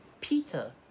Peter